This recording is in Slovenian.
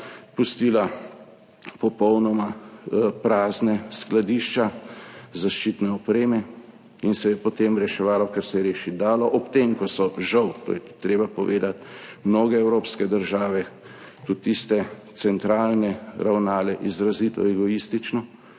pustila popolnoma prazna skladišča zaščitne opreme in se je potem reševalo, kar se je rešiti dalo, ob tem, ko so, žal, to je treba povedati, mnoge evropske države, tudi tiste centralne, ravnale izrazito egoistično